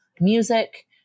music